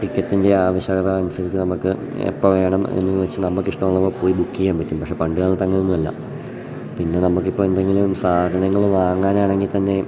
ടിക്കറ്റിൻ്റെ ആവശ്യകത അനുസരിച്ച് നമുക്ക് എപ്പം വേണം എന്നു വെച്ചു നമുക്കിഷ്ടള്ളപ്പോൾ പോയി ബുക്ക് ചെയ്യാൻ പറ്റും പക്ഷെ പണ്ട് കാലത്തങ്ങനൊന്നും അല്ല പിന്നെ നമുക്കിപ്പോൾ എന്തെങ്കിലും സാധനങ്ങൾ വാങ്ങാനാണെങ്കിൽ തന്നെ